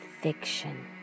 fiction